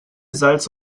salz